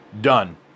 done